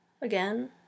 again